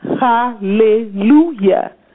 Hallelujah